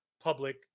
public